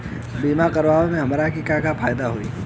बीमा कराए से हमरा के का फायदा होई?